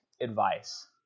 advice